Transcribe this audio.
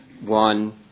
one